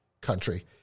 country